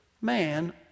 man